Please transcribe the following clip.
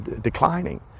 declining